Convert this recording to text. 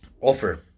offer